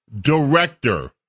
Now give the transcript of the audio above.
director